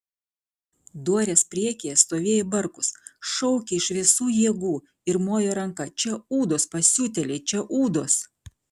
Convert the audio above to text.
dorės priekyje stovėjo barkus šaukė iš visų jėgų ir mojo ranka čia ūdos pasiutėliai čia ūdos